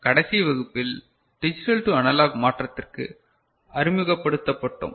கடைசி வகுப்பில் digital to analog மாற்றத்திற்கு அறிமுகப்படுத்தப்பட்டோம்